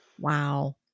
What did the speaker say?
Wow